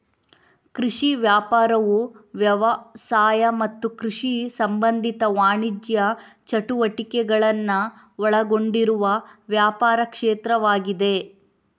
ಕೃಷಿ ವ್ಯಾಪಾರವು ವ್ಯವಸಾಯ ಮತ್ತು ಕೃಷಿ ಸಂಬಂಧಿತ ವಾಣಿಜ್ಯ ಚಟುವಟಿಕೆಗಳನ್ನ ಒಳಗೊಂಡಿರುವ ವ್ಯಾಪಾರ ಕ್ಷೇತ್ರವಾಗಿದೆ